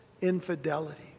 infidelity